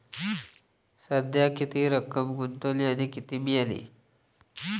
सध्या किती रक्कम गुंतवली आणि किती मिळाली